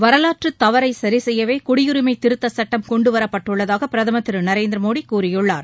வரலாற்று தவறை சரிசெய்யவே குடியுரிமை திருத்தச்சுட்டம் கொண்டுவரப்பட்டுள்ளதாக பிரதமர் திரு நரேந்திர மோடி கூறியுள்ளார்